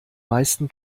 meisten